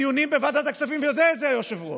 הדיונים בוועדת הכספים, ויודע את זה היושב-ראש,